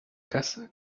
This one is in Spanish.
casa